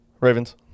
Ravens